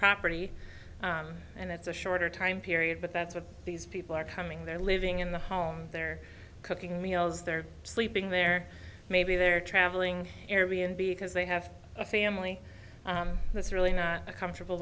property and it's a shorter time period but that's what these people are coming they're living in the homes they're cooking meals they're sleeping there maybe they're traveling air b n b because they have a family that's really not a comfortable